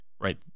right